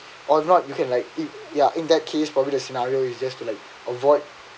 or not you can like eat yeah in that case probably the scenario is just to like avoid